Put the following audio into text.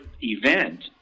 event